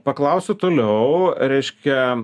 paklausiu toliau reiškia